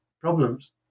problems